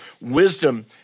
wisdom